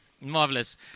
marvelous